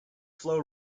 flow